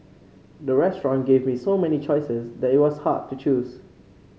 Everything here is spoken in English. the restaurant gave me so many choices that it was hard to choose